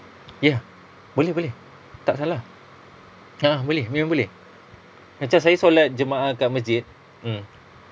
ya boleh boleh tak salah a'ah boleh memang boleh macam saya solat jemaah kat masjid mm